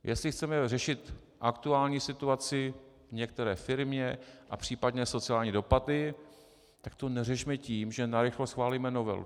Jestli chceme řešit aktuální situaci v některé firmě a případné sociální dopady, tak to neřešme tím, že narychlo schválíme novelu.